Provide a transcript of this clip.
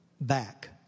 back